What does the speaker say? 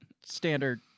Standard